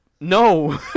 No